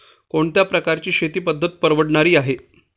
कोणत्या प्रकारची शेती पद्धत परवडणारी आहे?